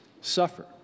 suffer